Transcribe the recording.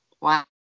Wow